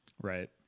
Right